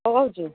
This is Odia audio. କ'ଣ କହୁଛୁ